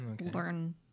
learn